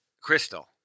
Crystal